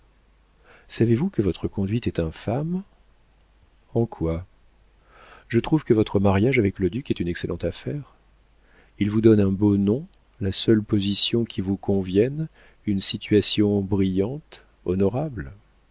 savez-vous que votre conduite est infâme en quoi je trouve que votre mariage avec le duc est une excellente affaire il vous donne un beau nom la seule position qui vous convienne une situation brillante honorable